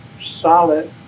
solid